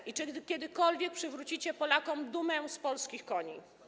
I czy kiedykolwiek przywrócicie Polakom dumę z polskich koni?